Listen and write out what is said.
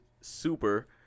super